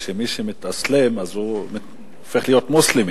רק להעיר לך, שמי שמתאסלם הופך להיות מוסלמי.